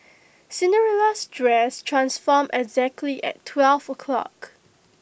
Cinderella's dress transformed exactly at twelve o'clock